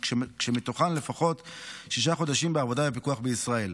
כשמתוכן לפחות שישה חודשים בעבודה בפיקוח בישראל.